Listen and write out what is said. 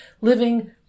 living